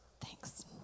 Thanks